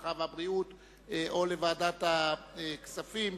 הרווחה והבריאות או לוועדת הכספים,